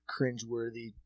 cringeworthy